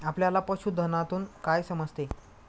आपल्याला पशुधनातून काय समजते?